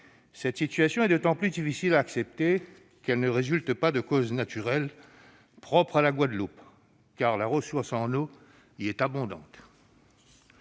Cette situation est d'autant plus difficile à accepter qu'elle ne résulte pas de causes naturelles propres à la Guadeloupe, où la ressource en eau est abondante.